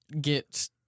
get